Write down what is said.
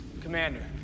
Commander